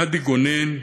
עדי גונן,